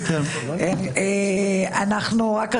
ברשותך,